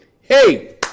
Hey